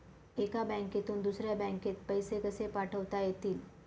एका बँकेतून दुसऱ्या बँकेत पैसे कसे पाठवता येतील?